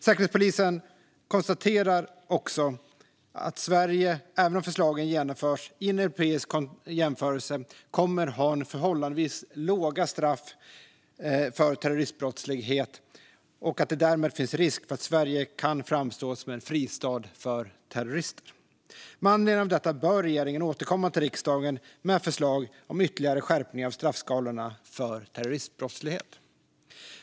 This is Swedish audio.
Säkerhetspolisen konstaterar också att Sverige, även om förslagen genomförs, i en europeisk jämförelse kommer att ha förhållandevis låga straff för terroristbrottslighet och att det därmed finns risk att Sverige kan framstå som en fristad för terrorister. Med anledning av detta bör regeringen återkomma till riksdagen med förslag om ytterligare skärpningar av straffskalorna för terroristbrottslighet.